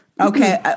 Okay